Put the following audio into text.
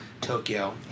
Tokyo